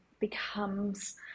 becomes